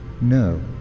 No